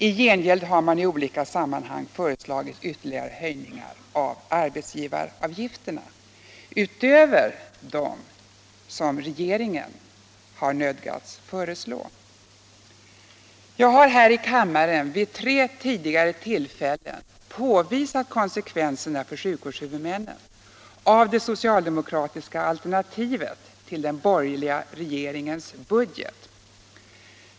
I gengäld har man i olika sammanhang föreslagit ytterligare höjningar av arbetsgivaravgifterna utöver dem som regeringen har nödgats föreslå. Jag har här i kammaren vid tre tidigare tillfällen påvisat konsekvenserna för sjukvårdshuvudmännen av det socialdemokratiska alternativet till den borgerliga regeringens budget.